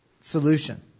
solution